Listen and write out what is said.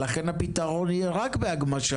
לכן הפתרון יהיה רק בהגמשה.